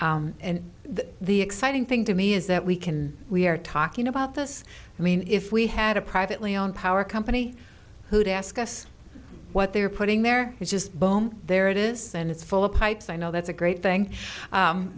do and the exciting thing to me is that we can we are talking about this i mean if we had a privately owned power company who'd ask us what they're putting there is just boom there it is and it's full of pipes i know that's a great thing